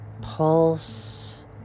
pulse